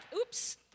Oops